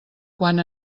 quan